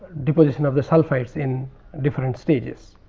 deposition of the sulphides in different stages.